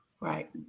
Right